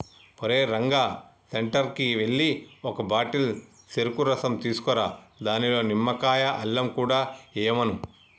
ఓరేయ్ రంగా సెంటర్కి ఎల్లి ఒక బాటిల్ సెరుకు రసం తీసుకురా దానిలో నిమ్మకాయ, అల్లం కూడా ఎయ్యమను